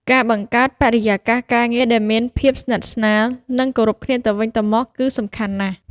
ការបង្កើតបរិយាកាសការងារដែលមានភាពស្និទ្ធស្នាល និងគោរពគ្នាទៅវិញទៅមកគឺសំខាន់ណាស់។